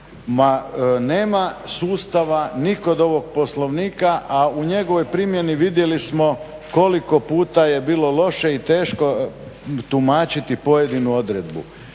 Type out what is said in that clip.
nema sustava ni kod ovog Poslovnika, a u njegovoj primjeni vidjeli smo koliko puta je bilo loše i teško tumačiti pojedinu odredbu.